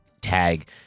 tag